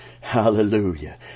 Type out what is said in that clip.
Hallelujah